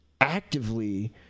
actively